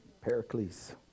Pericles